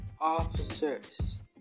officers